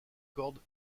cordes